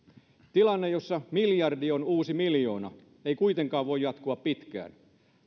tilanne jossa miljardi on uusi miljoona ei kuitenkaan voi jatkua pitkään